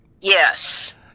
Yes